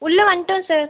உள்ளே வந்துட்டோம் சார்